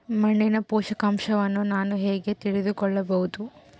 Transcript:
ಮಣ್ಣಿನ ಪೋಷಕಾಂಶವನ್ನು ನಾನು ಹೇಗೆ ತಿಳಿದುಕೊಳ್ಳಬಹುದು?